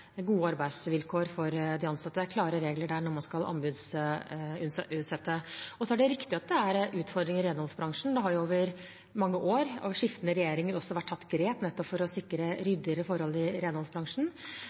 er klare regler når man skal anbudsutsette. Så er det riktig at det er utfordringer i renholdsbransjen. Det har over mange år – og med skiftende regjeringer – også vært tatt grep nettopp for å sikre